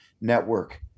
network